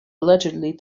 allegedly